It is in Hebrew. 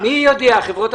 מי יאריך את זה בשנה?